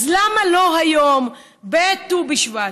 אז למה לא היום, בט"ו בשבט,